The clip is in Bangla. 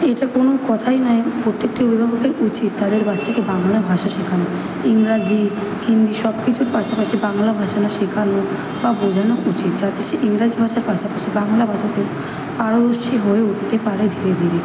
এটা কোনো কথাই নয় প্রত্যেকটা অভিভাবকের উচিত তাদের বাচ্চাকে বাংলা ভাষা শেখানো ইংরাজি হিন্দি সব কিছুর পাশাপাশি বাংলা ভাষা শেখানো বা বোঝানো উচিৎ যাতে সে ইংরাজি ভাষার পাশাপাশি বাংলা ভাষাতে পারদর্শী হয়ে উঠতে পারে ধীরে ধীরে